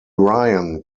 ryan